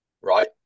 right